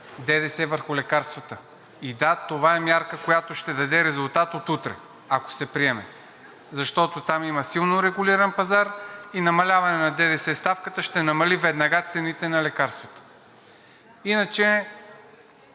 ДДС върху лекарствата. И – да, това е мярка, която ще даде резултат от утре, ако се приеме, защото там има силно регулиран пазар и намаляване на ДДС ставката ще намали веднага цените на лекарствата. Иначе